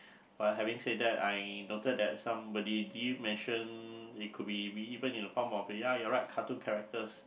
but having said that I noted that somebody did mention it could be even in the form ya you're right cartoon characters